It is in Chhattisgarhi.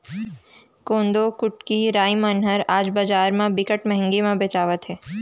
कोदो, कुटकी, राई मन ह आज बजार म बिकट महंगी म बेचावत हे